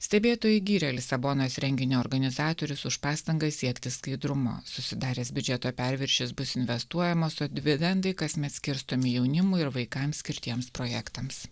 stebėtojai gyrė lisabonos renginio organizatorius už pastangas siekti skaidrumo susidaręs biudžeto perviršis bus investuojamas o dividendai kasmet skirstomi jaunimui ir vaikams skirtiems projektams